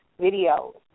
videos